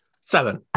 Seven